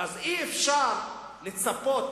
אז אי-אפשר לצפות.